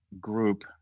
group